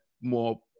more